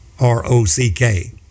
R-O-C-K